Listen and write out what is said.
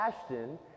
Ashton